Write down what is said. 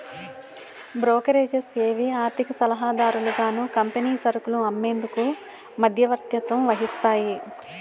brokerages ఏవి ఆర్థిక సలహాదారులుగాను కంపెనీ సరుకులు అమ్మేందుకు మధ్యవర్తత్వం వహిస్తాయి